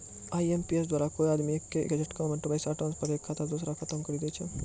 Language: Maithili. आई.एम.पी.एस द्वारा कोय आदमी एक्के झटकामे पैसा ट्रांसफर एक खाता से दुसरो खाता मे करी दै छै